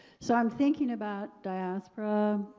so, i'm thinking about diaspora,